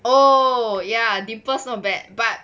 oh ya dimples not bad but